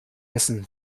essen